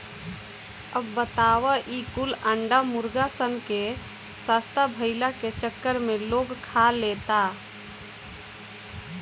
अब बताव ई कुल अंडा मुर्गा सन के सस्ता भईला के चक्कर में लोग खा लेता